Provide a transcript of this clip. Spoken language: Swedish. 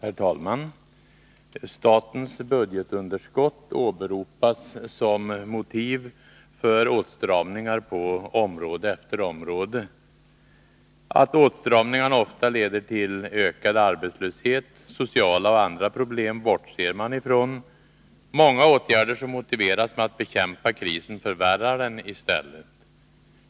Herr talman! Statens budgetunderskott åberopas som motiv för åstramningar på område efter område. Att åstramningarna ofta leder till ökad arbetslöshet och sociala och andra problem bortser man ifrån. Många åtgärder som motiveras med att bekämpa krisen förvärrar den i stället.